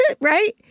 right